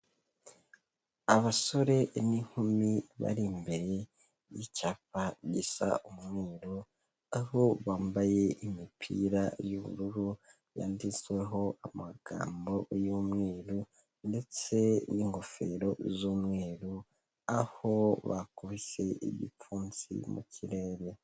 Abasore n'inkumi bari imbere y'icyapa gisa umweru, aho bambaye imipira y'ubururu yanditsweho amagambo y'umweru ndetse n'ingofero z'umweru, aho bakubise igipfunsi mu kirere.